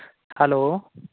hello